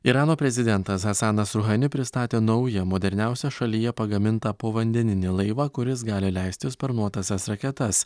irano prezidentas hasanas ruhani pristatė naują moderniausią šalyje pagamintą povandeninį laivą kuris gali leisti sparnuotąsias raketas